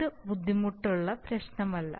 ഇത് ബുദ്ധിമുട്ടുള്ള പ്രശ്നമല്ല